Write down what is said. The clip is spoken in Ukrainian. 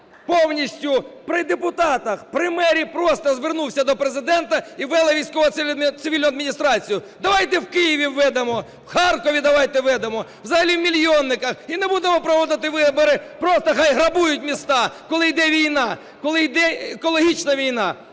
повністю при депутатах, при мерії просто звернувся до Президента - і ввели військово-цивільну адміністрацію. Давайте в Києві введемо, в Харкові давайте введемо, взагалі в мільйонниках - і не будемо проводити вибори, просто хай грабують міста, коли йде війна, коли йде екологічна війна,